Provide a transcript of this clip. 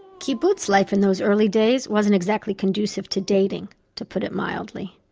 kibbutz life in those early days wasn't exactly conducive to dating, to put it mildly.